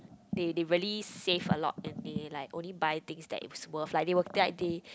they they really save a lot and they like only buy things that is worth like they will like they